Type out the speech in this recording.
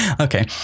Okay